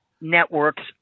networks